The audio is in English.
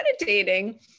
meditating